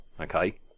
okay